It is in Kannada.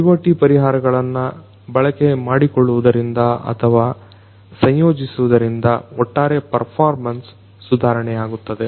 IoT ಪರಿಹಾರಗಳನ್ನ ಬಳಕೆಮಾಡಿಕೊಳ್ಳುವುದರಿಂದ ಅಥವಾ ಸಂಯೋಜಿಸುವುದರಿಂದ ಒಟ್ಟಾರೆ ಪರ್ಮಾರೆನ್ಸ್ ಸುಧಾರಣೆಯಾಗುತ್ತದೆ